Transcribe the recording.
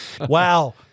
Wow